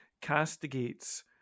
castigates